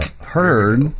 heard